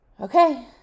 Okay